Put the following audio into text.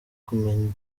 kumenya